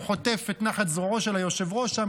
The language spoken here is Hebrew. הוא חוטף את נחת זרועו של היושב-ראש שם,